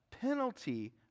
penalty